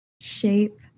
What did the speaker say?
shape